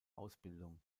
ausbildung